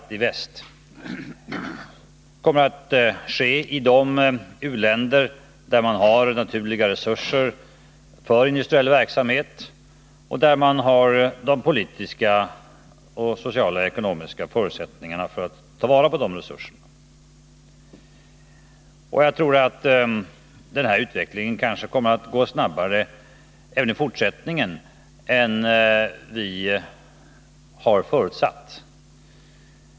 Det kommer att ske i de u-länder där man har naturliga resurser för industriell verksamhet och där man har de politiska, sociala och ekonomiska förutsättningarna att ta vara på dessa resurser. Utvecklingen kommer kanske att gå snabbare även i fortsättningen än vi har förutsatt.